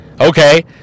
Okay